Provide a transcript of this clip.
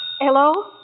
Hello